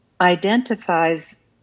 identifies